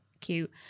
cute